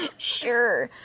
sure,